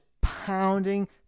pounding